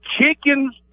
chickens